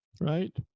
Right